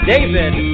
David